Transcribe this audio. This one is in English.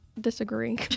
disagree